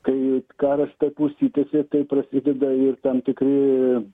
kai karas taip užsitęsė tai prasideda ir tam tikri